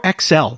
XL